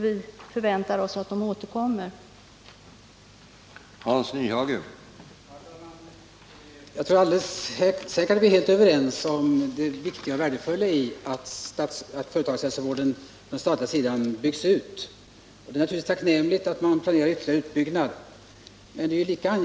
Vi förväntar oss därför att man återkommer till oss i frågan.